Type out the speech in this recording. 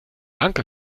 anker